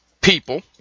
people